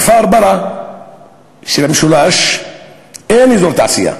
בכפר-ברא שבמשולש אין אזור תעשייה.